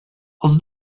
els